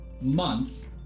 month